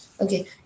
Okay